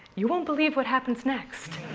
you won't believe what happens next.